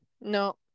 No